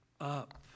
up